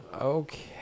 okay